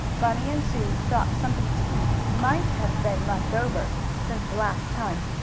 bunny and sue thought something to eat might have been left over since the last time,